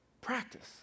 practice